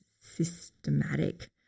systematic